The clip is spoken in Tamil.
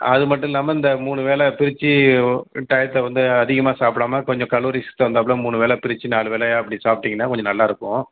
அது மட்டும் இல்லாம இந்த மூணு வேள பிரிச்சு டயத்தை வந்து அதிகமாக சாப்பிடாமா கொஞ்சம் கலோரிஸ்க்கு தகுந்தாப்பில மூணு வேள பிரிச்சி நாலு வேளையா அப்படி சாப்பிட்டிங்கன்னா கொஞ்சம் நல்லாயிருக்கும்